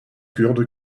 kurdes